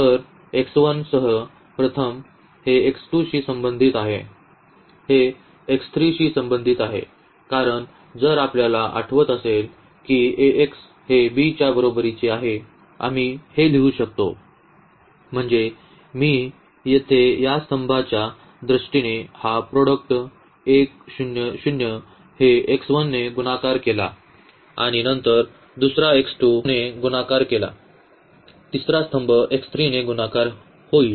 तर सह प्रथम हे शी संबंधित आहे हे शी संबंधित आहे कारण जर आपल्याला आठवत असेल की हे b च्या बरोबरीचे आहे आम्ही हे लिहू शकतो म्हणजे मी येथे या स्तंभच्या दृष्टीने हे प्रॉडक्ट 1 0 0 हे ने गुणाकार केला आणि नंतर दुसरा ने गुणाकार केला जाईल तिसरा स्तंभ ने गुणाकार होईल